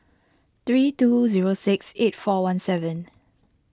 three two zero six eight four one seven